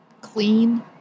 clean